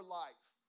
life